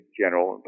general